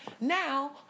now